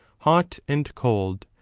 hot and cold,